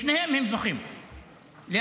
בשניהם הם זוכים לאייטם.